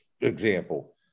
example